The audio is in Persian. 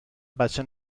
بچه